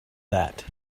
that